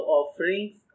offerings